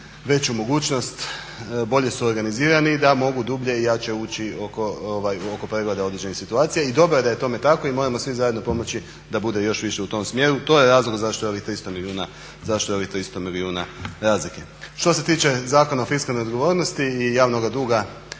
veću mogućnost, bolje su organizirani da mogu dublje i jače uči oko pregleda određenih situaciju. I dobro je da je tome tako. I moramo svi zajedno pomoći da bude još više u tom smjeru. To je razlog zašto je ovih 300 milijuna razlike. Što se tiče Zakona o fiskalnoj odgovornosti i javnoga duga,